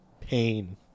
pain